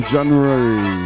January